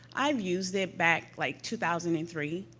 i've used it back, like, two thousand and three,